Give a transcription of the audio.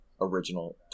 original